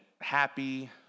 happy